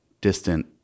distant